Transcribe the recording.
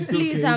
Please